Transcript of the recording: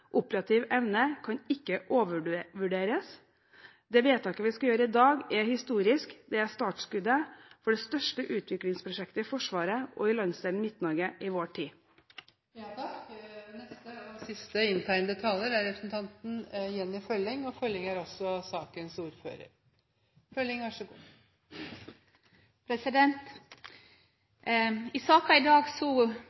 operativ evne, kan ikke overvurderes. Det vedtaket vi skal gjøre i dag, er historisk. Det er startskuddet for det største utviklingsprosjektet i Forsvaret og i landsdelen Midt-Norge i vår tid. I saka i dag godkjenner Stortinget investeringar som er svært viktige for eit godt og operativt forsvar. Eg takkar for ein god